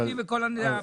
ובכל התנאים.